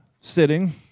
sitting